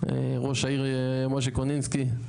רש העיר משה קונינסקי,